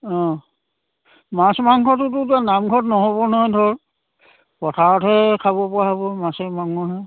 অঁ মাছ মাংসটোতো নামঘৰত নহ'ব নহয় ধৰ পথাৰতহে খাবপৰা হ'ব মাছে মঙহে